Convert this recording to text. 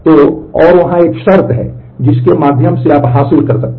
तो और वहाँ एक शर्त है जिसके माध्यम से आप हासिल कर सकते हैं